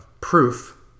proof